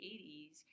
80s